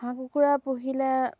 হাঁহ কুকুৰা পুহিলে